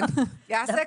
אלי כהן המנכ"ל, בזום.